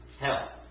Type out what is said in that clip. hell